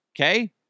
okay